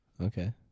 Okay